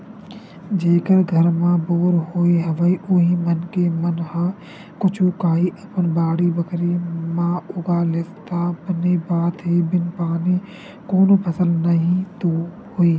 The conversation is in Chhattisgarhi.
जेखर घर म बोर होय हवय उही मनखे मन ह कुछु काही अपन बाड़ी बखरी म उगा लिस त बने बात हे बिन पानी कोनो फसल नइ होय